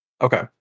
Okay